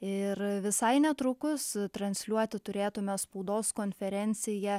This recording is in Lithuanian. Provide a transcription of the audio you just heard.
ir visai netrukus transliuoti turėtume spaudos konferenciją